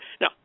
Now